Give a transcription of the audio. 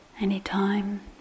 anytime